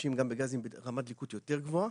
משתמשים בגזים ברמת דליקות יותר גבוהה.